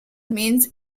means